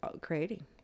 Creating